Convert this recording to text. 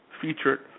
featured